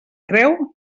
creu